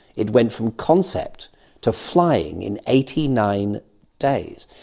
it went from concept to flying in eighty nine days.